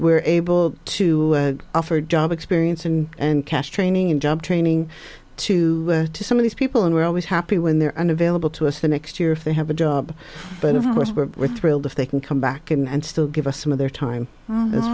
were able to offer job experience and and cash training and job training to some of these people and we're always happy when they're unavailable to us the next year if they have a job but of course we're thrilled if they can come back and still give us some of their time a